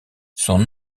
son